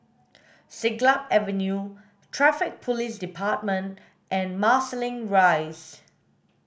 Siglap Avenue Traffic Police Department and Marsiling Rise